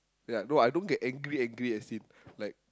yeah no I don't get angry angry as in like